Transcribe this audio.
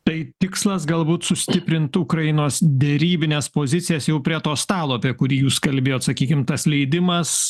tai tikslas galbūt sustiprint ukrainos derybines pozicijas jau prie to stalo apie kurį jūs kalbėjot sakykim tas leidimas